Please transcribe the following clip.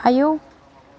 आयौ